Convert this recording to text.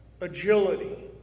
agility